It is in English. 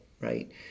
right